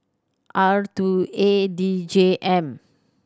R two A D J M